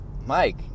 Mike